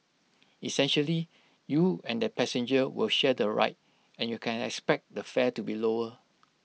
essentially you and that passenger will share the ride and you can expect the fare to be lower